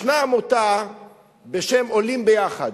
ישנה עמותה בשם "עולים ביחד",